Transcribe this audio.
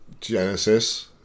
Genesis